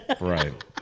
right